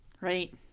Right